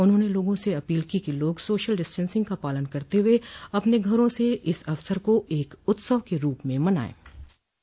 उन्होंने लोगों से अपील की कि लोग सोशल डिस्टेंसिंग का पालन करते हुए अपने घरों से इस अवसर को एक उत्सव के रूप में मनाएं